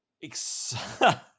Exciting